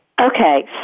Okay